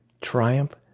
triumph